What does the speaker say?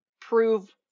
prove